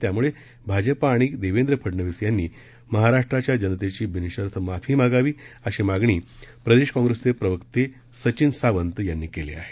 त्यामुळे भाजपा आणि देवेंद्र फडनवीस यांनी महाराष्ट्राच्या जनतेची बिनशर्त माफी मागावी अशी मागणी प्रदेश काँग्रेसचे प्रवक्ते सचिन सावंत यांनी केली आहे